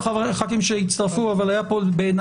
פה עוד